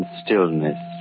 stillness